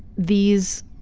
these